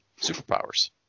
superpowers